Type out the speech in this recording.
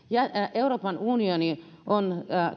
euroopan unioni on